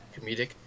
comedic